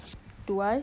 do I